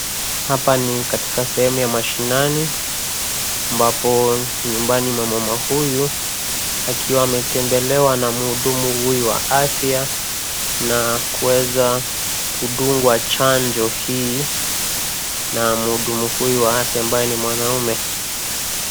Hapa ni katika sehemu ya mashinani, ambapo nyumbani mwa mama huyu, akiwa ametembelewa na mhudumu huyu wa afya, na kuweza kudungwa chanjo hii na mhudumu huyu wa afya ambaye ni mwanamume.